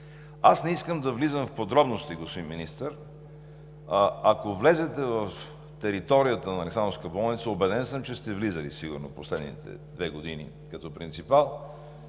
Аз не искам да влизам в подробности, господин Министър. А ако влезете в територията на Александровска болница – убеден съм, че сте влизали сигурно в последните две години като принципал,